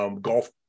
golf